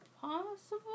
Possible